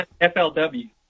FLW